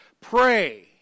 Pray